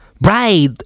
Right